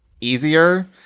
easier